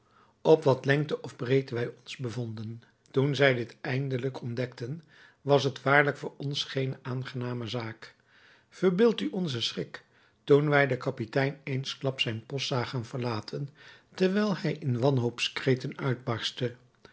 op wat lengte of breedte wij ons bevonden toen zij dit eindelijk ontdekten was het waarlijk voor ons geene aangename zaak verbeeldt u onzen schrik toen wij den kapitein eensklaps zijn post zagen verlaten terwijl hij in wanhoopskreten uitbarstte